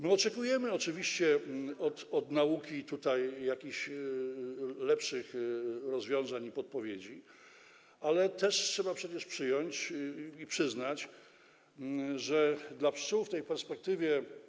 My oczekujemy oczywiście od nauki tutaj jakichś lepszych rozwiązań i podpowiedzi, ale trzeba przecież też przyjąć i przyznać, że dla pszczół w tej perspektywie.